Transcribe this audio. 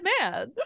man